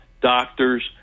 doctors